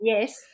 Yes